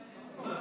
לא יודעים.